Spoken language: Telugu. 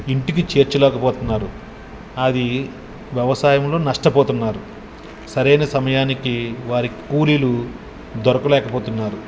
ఇంటికి చేర్చలేకపోతున్నారు అది వ్యవసాయంలో నష్టపోతున్నారు సరైన సమయానికి వారికి కూలీలు దొరకలేకపోతున్నారు